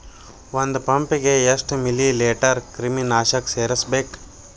ಒಂದ್ ಪಂಪ್ ಗೆ ಎಷ್ಟ್ ಮಿಲಿ ಲೇಟರ್ ಕ್ರಿಮಿ ನಾಶಕ ಸೇರಸ್ಬೇಕ್?